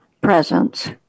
presence